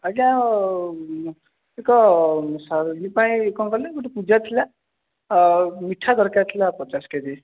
ଆଜ୍ଞା ପାଇଁ କ'ଣ କହିଲେ ପୂଜା ଥିଲା ଆଉ ମିଠା ଦରକାର ଥିଲା ପଚାଶ କେ ଜି